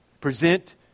Present